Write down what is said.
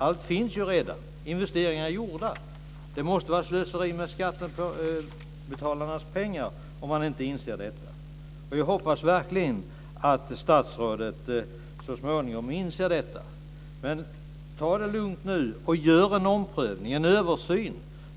Allt finns ju redan! Investeringarna är gjorda. Det måste vara slöseri med skattebetalarnas pengar om man inte inser det, och jag hoppas verkligen att statsrådet så småningom inser det. Ta det lugnt nu, och gör en omprövning och en översyn